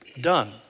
done